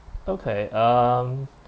okay um